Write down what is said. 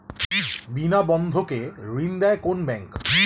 বিনা বন্ধক কে ঋণ দেয় কোন ব্যাংক?